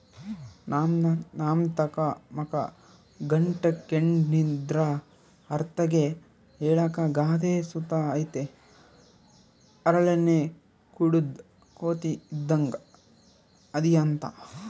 ನಮ್ತಾಕ ಮಕ ಗಂಟಾಕ್ಕೆಂಡಿದ್ರ ಅಂತರ್ಗೆ ಹೇಳಾಕ ಗಾದೆ ಸುತ ಐತೆ ಹರಳೆಣ್ಣೆ ಕುಡುದ್ ಕೋತಿ ಇದ್ದಂಗ್ ಅದಿಯಂತ